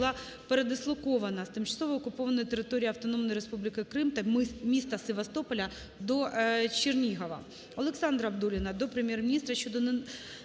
була передислокована з тимчасово окупованої території Автономної Республіки Крим та міста Севастополя до Чернігова.